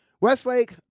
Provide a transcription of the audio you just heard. Westlake